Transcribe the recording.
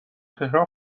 تهران